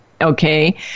Okay